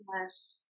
Yes